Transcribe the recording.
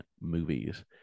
movies